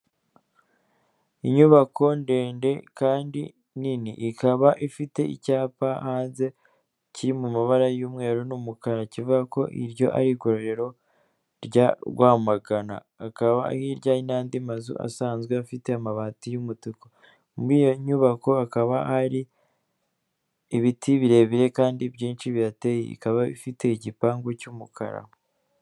Inyubako ndende kandi nini ikaba ifite icyapa hanze kiri mu mabara y'umweru n'umukara kivuga ko iryo ari igororero rya Rwamagana, hakaba hirya hari n'andi mazu asanzwe afite amabati y'umutuku muri iyo nyubako akaba ari ibiti birebire kandi byinshi birayateye ikaba ifite igipangu cy'umukara.